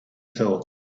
thought